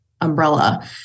umbrella